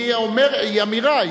היוזמה הערבית לשלום היא אמירה.